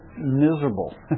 miserable